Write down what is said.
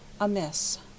Amiss